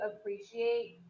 appreciate